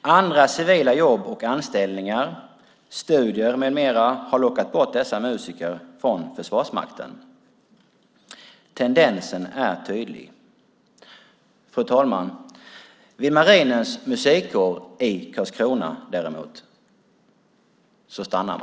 Andra civila jobb och anställningar, studier med mera har lockat bort dessa musiker från Förvarsmakten. Tendensen är tydlig. Vid Marinens musikkår i Karlskrona, däremot, stannar man.